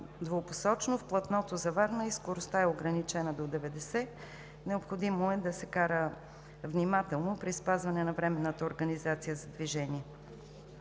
двупосочно в платното за Варна и скоростта е ограничена до 90. Необходимо е да се кара внимателно при спазване на временната организация за движение.